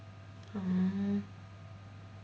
mm